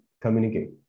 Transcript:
communicate